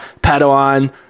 Padawan